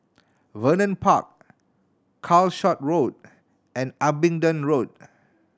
Vernon Park Calshot Road and Abingdon Road